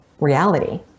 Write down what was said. reality